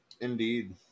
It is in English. Indeed